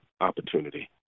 opportunity